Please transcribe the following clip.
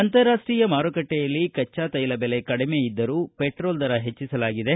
ಅಂತಾರಾಷ್ಷೀಯ ಮಾರುಕಟ್ಟೆಯಲ್ಲಿ ಕಚ್ಚಾ ತೈಲ ಬೆಲೆ ಕಡಿಮೆ ಇದ್ದರೂ ಪೆಟ್ರೋಲ್ ದರ ಹೆಜ್ವಿಸಲಾಗಿದೆ